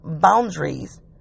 boundaries